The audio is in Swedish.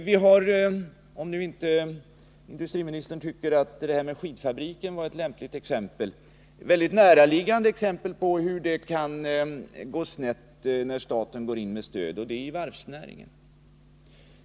Vi har, om nu inte industriministern tycker att skidfabriken var ett lämpligt exempel, andra näraliggande exempel på hur snett det kan gå när staten går in med stöd, t.ex. varvsnäringen.